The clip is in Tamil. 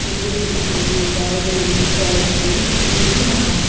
எப்படி எந்திரிக்கிறது எதாவது ஒரு வேலைக்கு போய் திரும்பியும் நம்ம